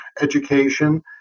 education